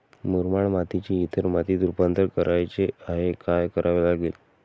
मुरमाड मातीचे इतर मातीत रुपांतर करायचे आहे, काय करावे लागेल?